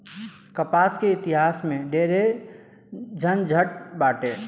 कपास के इतिहास में ढेरे झनझट बाटे